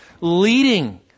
leading